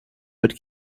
but